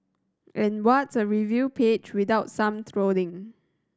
and what's a review page without some trolling